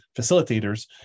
facilitators